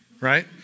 right